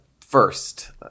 first